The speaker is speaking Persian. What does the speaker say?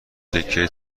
سکه